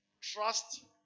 trust